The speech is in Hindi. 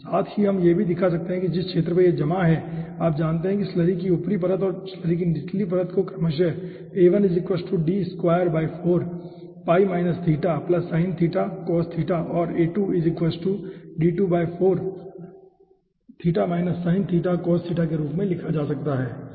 साथ ही हम यह भी दिखा सकते हैं कि जिस क्षेत्र पर यह जमा है आप जानते हैं कि स्लरी की ऊपरी परत और स्लरी की निचली परत को क्रमशः और के रूप में लिखा जा सकता है ठीक है